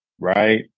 right